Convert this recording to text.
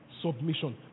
Submission